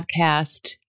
podcast